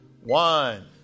One